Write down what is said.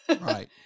Right